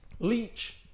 Leech